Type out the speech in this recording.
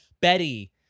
betty